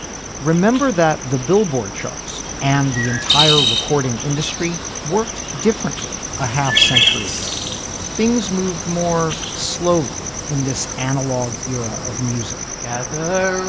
remember that the billboard charts and the entire recording industry worked differently. a half century ago things moved more slowly in this analog era of music gather